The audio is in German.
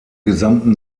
gesamten